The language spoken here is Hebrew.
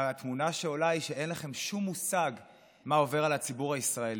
התמונה שעולה היא שאין לכם שום מושג מה עובר על הציבור הישראלי.